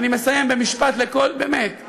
אני מסיים במשפט, באמת.